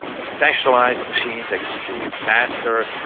a specialised machine that can do it faster,